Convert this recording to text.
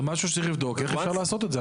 זה משהו שצריך לבדוק איך אפשר לעשות את זה,